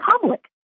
public